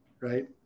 right